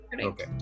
Okay